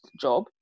job